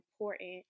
important